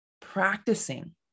practicing